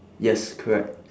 yes correct